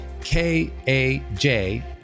K-A-J